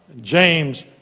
James